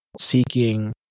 seeking